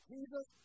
Jesus